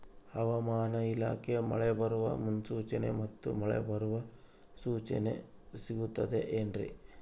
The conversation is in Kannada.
ಹವಮಾನ ಇಲಾಖೆ ಮಳೆ ಬರುವ ಮುನ್ಸೂಚನೆ ಮತ್ತು ಮಳೆ ಬರುವ ಸೂಚನೆ ಸಿಗುತ್ತದೆ ಏನ್ರಿ?